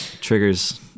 triggers